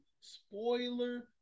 Spoiler